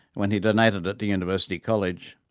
when he donated it to university college.